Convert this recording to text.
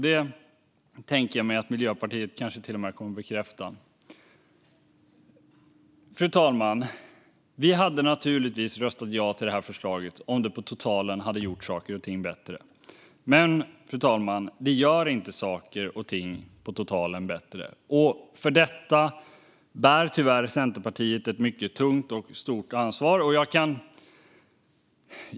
Det tänker jag mig att Miljöpartiet kanske till och med kommer att bekräfta. Fru talman! Vi hade naturligtvis röstat ja till det här förslaget om det på totalen hade gjort saker och ting bättre. Men det gör inte saker och ting bättre på totalen. För detta bär tyvärr Centerpartiet ett mycket tungt och stort ansvar.